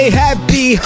happy